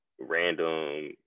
random